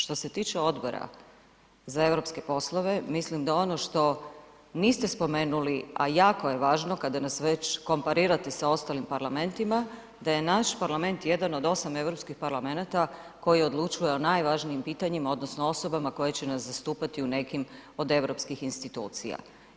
Što se tiče Odbora za europske poslove, mislim da ono što niste spomenuli, a jako je važno kada nas već komparirate sa ostalim parlamentima, da je naš parlament jedan od 8 europskih parlamenata koji odlučuje o najvažnijim pitanjima odnosno osobama koje će nas zastupati u nekim od europskih institucija.